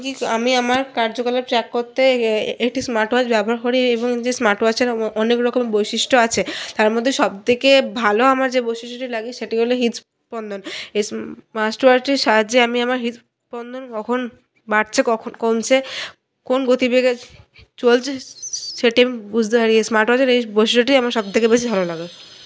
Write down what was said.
আমি আমার কার্যকলাপ ট্রাক করতে একটি স্মার্টওয়াচ ব্যবহার করি এবং যে স্মার্টওয়াচটার ধিরে অনেক রকম বৈশিষ্ট্য আছে তার মধ্যে সব থেকে ভালো আমার যে বৈশিষ্ট্যটি লাগে সেটি হল হৃদস্পন্দন স্মার্টওয়াচটির সাহায্যে আমি আমার হৃদস্পন্দন কখন বাড়ছে কখন কমছে কোন গতিবেগে চলছে সেটি বুঝতে পারি স্মার্টওয়াচের এর বৈশিষ্ট্যটি আমার সবথেকে বেশি ভালো লাগলো